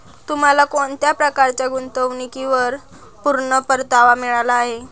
तुम्हाला कोणत्या प्रकारच्या गुंतवणुकीवर पूर्ण परतावा मिळाला आहे